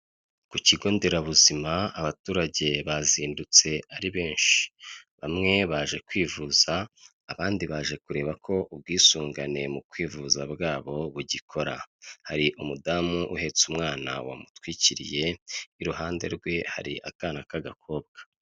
Ku kigonderabuzima abaturage bazindutse ari benshi. Bamwe baje kwivuza, abandi baje kureba ko ubwisungane mu kwivuza bwabo bugikora. Hari umudamu uhetse umwana wamutwikiriye, iruhande rwe hari akana k'agakobwa.